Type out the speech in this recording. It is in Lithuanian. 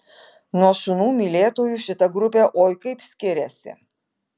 nuo šunų mylėtojų šita grupė oi kaip skiriasi